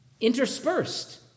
interspersed